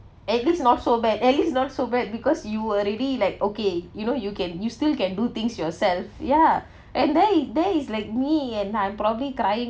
at least not so bad at least not so bad because you already like okay you know you can you still can do things yourself ya and there there is like me and I'm probably crying